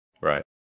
Right